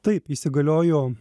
taip įsigaliojo